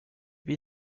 vit